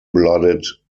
blooded